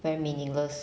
very meaningless